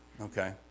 okay